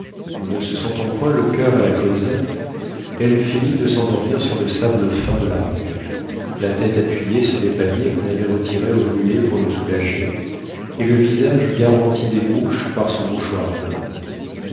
ne se sentant point le coeur à la causette elle fit mine de s'endormir sur le sable fin de la rive la tête appuyée sur les paniers qu'on avait retirés au mulet pour le soulager et le visage garanti des mouches par son mouchoir blanc